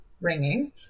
ringing